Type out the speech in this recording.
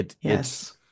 Yes